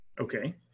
Okay